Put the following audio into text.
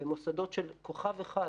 ומוסדות של כוכב אחד,